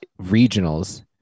regionals